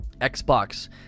Xbox